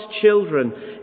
children